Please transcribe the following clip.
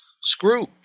Scrooge